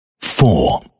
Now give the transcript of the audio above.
four